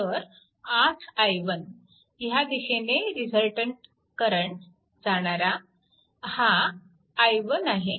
तर 8i1 ह्या दिशेने जाणारा रिझलटंट करंट हा i1आहे